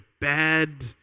bad